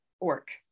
work